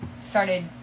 started